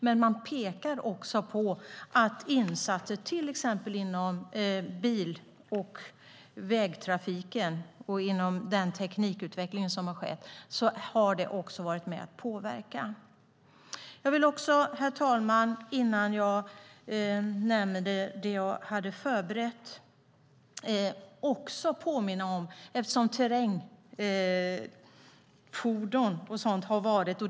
Men man pekar på att insatser till exempel inom bil och vägtrafiken och inom teknikutvecklingen som har skett har påverkat detta. Herr talman! Innan jag går in på det som jag har förberett vill jag också påminna om en sak eftersom terrängfordon och så vidare har tagits upp.